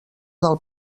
del